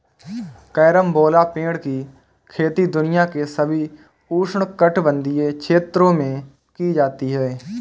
carambola पेड़ की खेती दुनिया के सभी उष्णकटिबंधीय क्षेत्रों में की जाती है